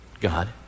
God